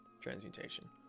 Transmutation